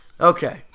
Okay